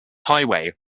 highway